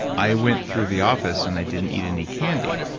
i went through the office and i didn't eat any candy.